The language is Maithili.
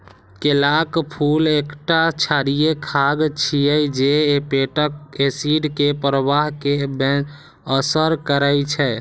केलाक फूल एकटा क्षारीय खाद्य छियै जे पेटक एसिड के प्रवाह कें बेअसर करै छै